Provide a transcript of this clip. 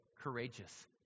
courageous